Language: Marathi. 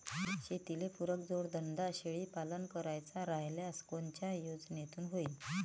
शेतीले पुरक जोडधंदा शेळीपालन करायचा राह्यल्यास कोनच्या योजनेतून होईन?